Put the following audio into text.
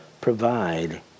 provide